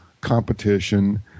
competition